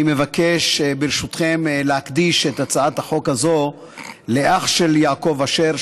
אני מבקש ברשותכם להקדיש את הצעת החוק הזאת לאח של יעקב אשר,